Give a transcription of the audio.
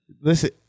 listen